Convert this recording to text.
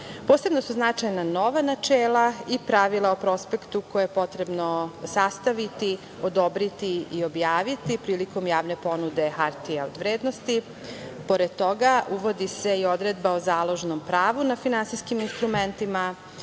Posebno su značajna nova načela i pravila o prospektu koje je potrebno sastaviti, odobriti i objaviti prilikom javne ponude HOV.Pored toga, uvodi se i odredba o založnom pravu na finansijskim instrumentima,